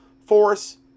force